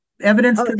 evidence